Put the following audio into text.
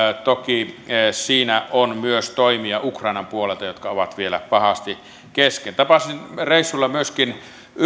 toki siinä on myös toimia ukrainan puolelta jotka ovat vielä pahasti kesken tapasin reissulla myöskin